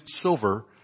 silver